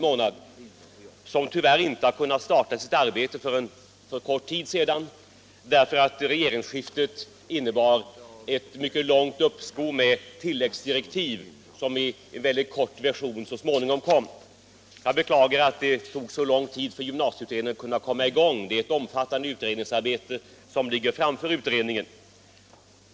Utredningen kunde tyvärr inte starta sitt arbete förrän en kort tid sedan, därför att regeringsskiftet innebar ett långt uppskov med tilläggsdirektiv, som så småningom kom men då i en mycket kort version. Jag beklagar att det tog så lång tid för gymnasieutredningen att komma i gång, eftersom det är ett omfattande arbete som ligger framför utredningen.